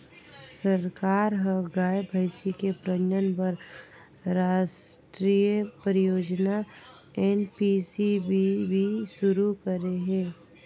सरकार ह गाय, भइसी के प्रजनन बर रास्टीय परियोजना एन.पी.सी.बी.बी सुरू करे हे